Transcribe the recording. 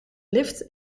lyft